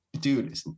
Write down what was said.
dude